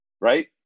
Right